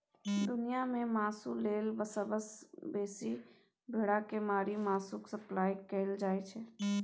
दुनियाँ मे मासु लेल सबसँ बेसी भेड़ा केँ मारि मासुक सप्लाई कएल जाइ छै